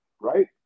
right